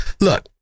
Look